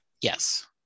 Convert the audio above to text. Yes